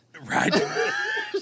Right